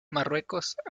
marruecos